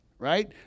right